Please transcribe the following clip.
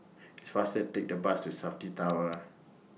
It's faster to Take The Bus to Safti Tower